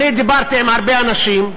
דיברתי עם הרבה אנשים,